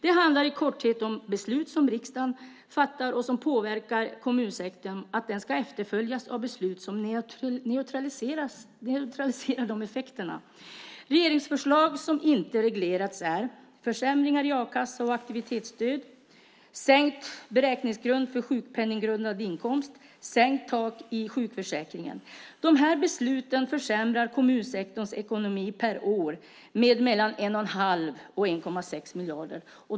Det handlar i korthet om att beslut som riksdagen fattar och som påverkar kommunsektorn ska efterföljas av beslut som neutraliserar de effekterna. Regeringsförslag som inte har reglerats är försämringar i a-kassa och aktivitetsstöd, sänkt beräkningsgrund för sjukpenninggrundande inkomst och sänkt tak i sjukförsäkringen. De besluten försämrar kommunsektorns ekonomi per år med mellan 1,5 och 1,6 miljarder.